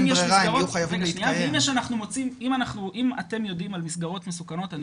אם אתם יודעים על מסגרות מסוכנות,